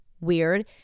weird